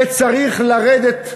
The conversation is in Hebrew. וצריך לרדת,